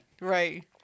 Right